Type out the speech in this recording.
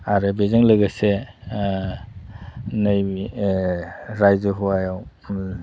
आरो बेजों लोगोसे नैबे रायजो हुवायाव